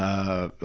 ah,